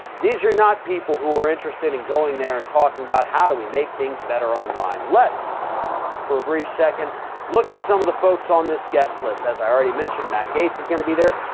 these are not people who are interested in going there and talking about how do we make things better online. let's for a brief second look at some of the folks on this guest list. as i already mentioned, matt gaetz is going to be there.